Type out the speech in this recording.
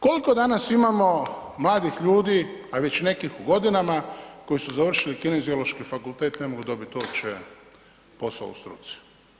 Koliko danas imamo mladih ljudi, a već nekih u godinama koji su završili kineziološki fakultet, ne mogu dobiti uopće posao u struci.